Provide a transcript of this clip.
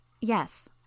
Yes